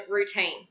routine